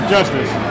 Justice